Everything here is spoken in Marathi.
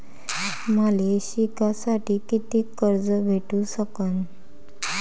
मले शिकासाठी कितीक कर्ज भेटू सकन?